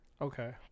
Okay